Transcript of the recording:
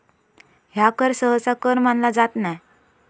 ह्या कर सहसा कर मानला जात नाय